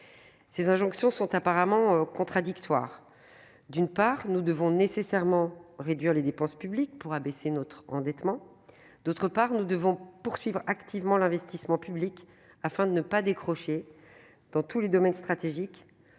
Ces injonctions sont apparemment contradictoires : d'une part, nous devons nécessairement réduire les dépenses publiques, pour abaisser notre endettement ; d'autre part, nous devons poursuivre l'investissement public, afin de ne pas décrocher, dans tous les domaines stratégiques,